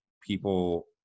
people